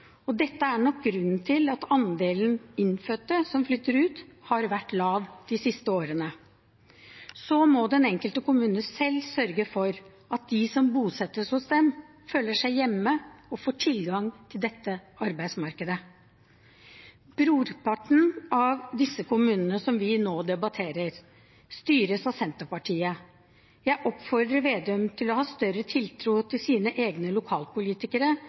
godt. Dette er nok grunnen til at andelen «innfødte» som flytter ut, har vært lav de siste årene. Så må den enkelte kommune selv sørge for at de som bosettes hos dem, føler seg hjemme og får tilgang til dette arbeidsmarkedet. Brorparten av disse kommunene som vi nå debatterer, styres av Senterpartiet. Jeg oppfordrer Slagsvold Vedum til å ha større tiltro til sine egne lokalpolitikere